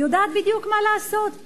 יודעת בדיוק מה לעשות,